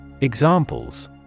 Examples